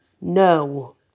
No